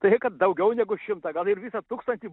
tai kad daugiau negu šimtą gal ir visą tūkstantį